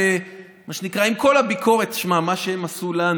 ועם כל הביקורת, תשמע, מה שהם עשו לנו.